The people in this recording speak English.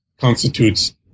constitutes